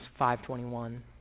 5.21